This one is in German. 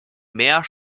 mehr